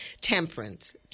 temperance